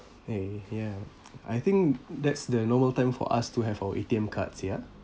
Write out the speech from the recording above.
eh ya I think that's the normal time for us to have our A_T_M cards ya